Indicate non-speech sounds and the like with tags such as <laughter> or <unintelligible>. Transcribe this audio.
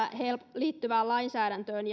liittyvään lainsäädäntöön <unintelligible>